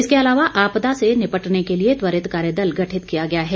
इसके अलावा आपदा से निपटने के लिए त्वरित कार्यदल गठित किया गया है